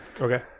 Okay